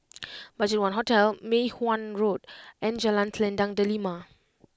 BudgetOne Hotel Mei Hwan Road and Jalan Selendang Delima